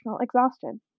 exhaustion